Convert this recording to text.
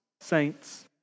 saints